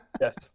Yes